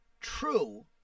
true